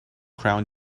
crown